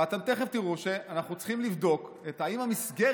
ואתם תכף תראו שאנחנו צריכים לבדוק אם המסגרת